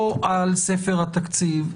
או על ספר התקציב.